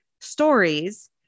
stories